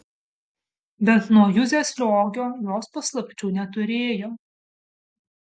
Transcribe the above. bent nuo juzės liogio jos paslapčių neturėjo